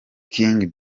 kim